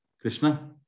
Krishna